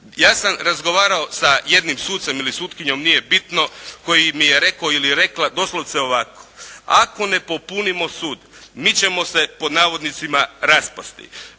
Ja sam razgovarao sa jednim sucem ili sutkinjom, nije bitno, koji mi je rekao ili rekla doslovce ovako: ako ne popunimo sud mi ćemo se "raspasti".